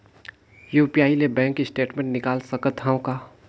UPI ले bank statement निकाल सकत हवं का?